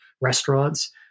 restaurants